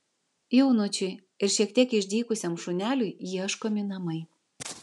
jaunučiui ir šiek tiek išdykusiam šuneliui ieškomi namai